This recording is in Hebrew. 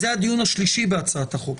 זה הדיון השלישי בהצעת החוק.